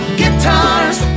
guitars